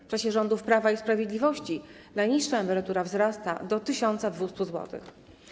W czasie rządów Prawa i Sprawiedliwości najniższa emerytura wzrasta do 1200 zł.